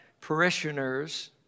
parishioners